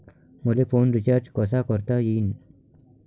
मले phone recharge कसा करता येईन?